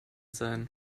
sein